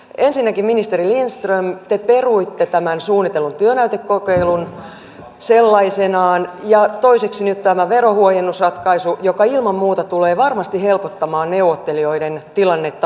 ensinnäkin ministeri lindström te peruitte tämän suunnitellun työnäytekokeilun sellaisenaan ja toiseksi nyt tämä verohuojennusratkaisu ilman muuta tulee varmasti helpottamaan neuvottelijoiden tilannetta huomiseen mennessä